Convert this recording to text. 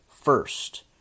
first